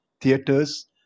theaters